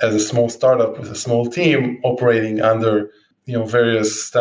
as a small startup with a small team operating under you know various so